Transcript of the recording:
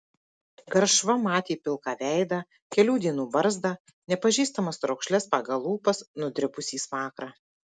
garšva matė pilką veidą kelių dienų barzdą nepažįstamas raukšles pagal lūpas nudribusį smakrą